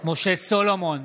משה סולומון,